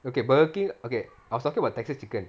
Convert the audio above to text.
okay Burger King okay I was talking about Texas Chicken